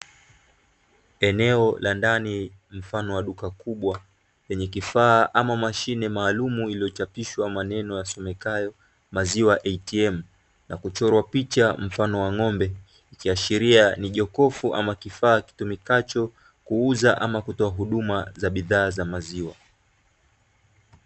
Eneo la ndani mfano wa duka kubwa lenye kifaa ama mashine maalumu iliyochapishwa maneno yasomekayo mazia "ATM" na kuchorwa picha mfano wa ng'ombe ikiashiria ni jokofu ama kifaa kitumikacho kuuza ama kutoa huduma za bidhaa za maziwa.